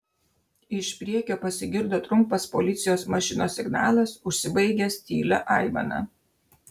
iš priekio pasigirdo trumpas policijos mašinos signalas užsibaigęs tylia aimana